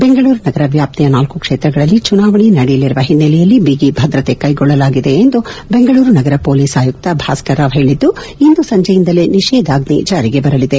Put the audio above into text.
ಬೆಂಗಳೂರು ನಗರ ವ್ಯಾಪ್ತಿಯ ನಾಲ್ಕು ಕ್ಷೇತ್ರಗಳಲ್ಲಿ ಚುನಾವಣೆ ನಡೆಯಲಿರುವ ಹಿನ್ನೆಲೆಯಲ್ಲಿ ಬಿಗಿಭದ್ರತೆ ಕ್ಷೆಗೊಳ್ಳಲಾಗಿದೆ ಎಂದು ಬೆಂಗಳೂರು ನಗರ ಮೊಲೀಸ್ ಆಯುಕ್ತ ಭಾಸ್ಕರ್ ರಾವ್ ಪೇಳಿದ್ದು ಇಂದು ಸಂಜೆಯಿಂದಲೇ ನಿಷೇಧಾಜ್ಞೆ ಜಾರಿಗೆ ಬರಲಿದೆ